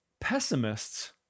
pessimists